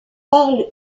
parlent